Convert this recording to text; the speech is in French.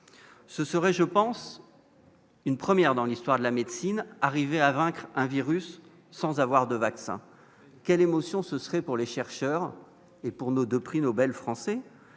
ce serait, je pense, une première dans l'histoire de la médecine, arriver à vaincre un virus sans avoir de vaccins, quelle émotion, ce serait pour les chercheurs et pour nos 2 prix Nobel français,